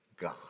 God